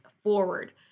forward